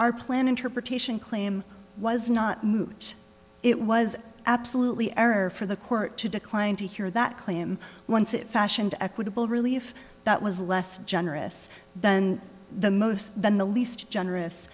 our plan interpretation claim was not moot it was absolutely error for the court to decline to hear that claim once it fashioned equitable relief that was less generous than the most than the least generous